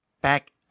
Back